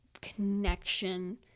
connection